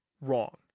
wrong